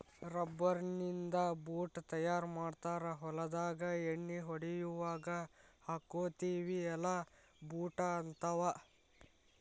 rubber ನಿಂದ boot ತಯಾರ ಮಾಡ್ತಾರ ಹೊಲದಾಗ ಎಣ್ಣಿ ಹೊಡಿಯುವಾಗ ಹಾಕ್ಕೊತೆವಿ ಅಲಾ ಬೂಟ ಹಂತಾವ